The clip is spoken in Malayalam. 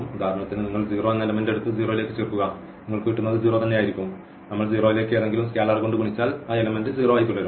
ഉദാഹരണത്തിന് നിങ്ങൾ 0 എന്ന എലെമെന്റ് എടുത്ത് 0 ലേക്ക് ചേർക്കുക നിങ്ങൾക്ക് കിട്ടുന്നത് 0 തന്നെയായിരിക്കും നമ്മൾ 0 ലേക്ക് ഏതെങ്കിലും സ്കെയിലർ കൊണ്ട് ഗുണിച്ചാൽ എലെമെന്റ് 0 ആയി തുടരും